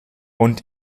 und